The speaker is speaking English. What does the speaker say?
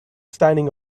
standing